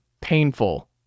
painful